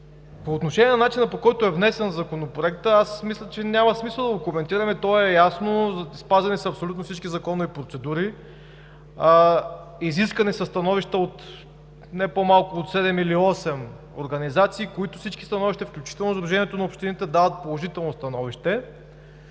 По отношение на начина, по който е внесен Законопроектът, мисля, че няма смисъл да го коментираме. То е ясно – спазени са абсолютно всички законови процедури, изискани са становища от не по-малко от седем или осем организации, които всички становища, включително Сдружението на общините, дават положително становище,